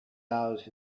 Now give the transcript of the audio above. out